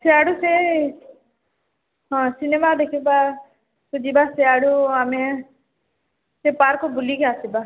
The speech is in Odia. ସିଆଡ଼ୁ ସେ ହଁ ସିନେମା ଦେଖିବା ତ ଯିବା ସିଆଡ଼ୁ ଆମେ ସେ ପାର୍କ୍ ବୁଲିକି ଆସିବା